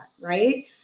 right